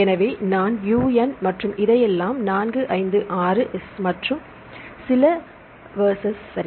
எனவே நான் U N மற்றும் இதையெல்லாம் 4 5 6 Is மற்றும் சில Vs சரி